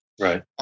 Right